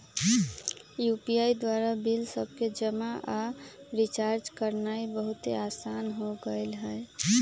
UPI द्वारा bill सभके जमा आऽ रिचार्ज करनाइ बहुते असान हो गेल हइ